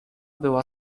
była